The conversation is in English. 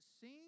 seen